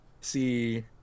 see